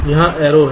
यहाँ एक एरो है